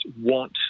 want